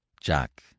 Jack